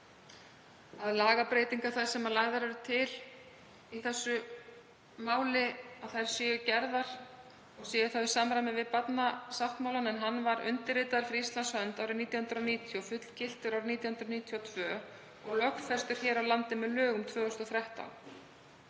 að lagabreytingar þær sem lagðar eru til í þessu máli séu gerðar og séu þá í samræmi við barnasáttmálann. Hann var undirritaður fyrir Íslands hönd árið 1990, fullgiltur árið 1992 og lögfestur hér á landi með lögum 2013.